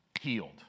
healed